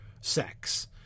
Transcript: sex